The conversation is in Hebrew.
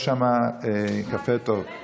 יש שם קפה טוב.